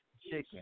chicken